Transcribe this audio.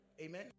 Amen